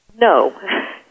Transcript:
No